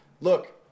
Look